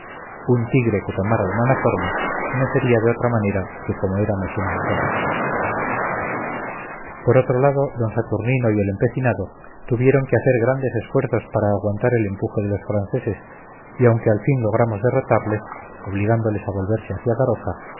un tigre que tomara humana forma no sería de otra manera que como era mosén antón por otro lado d saturnino y el empecinado tuvieron que hacer grandes esfuerzos para aguantar el empuje de los franceses y aunque al fin logramos derrotarles obligándoles a volverse hacia